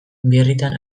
birritan